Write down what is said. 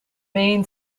main